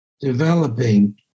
developing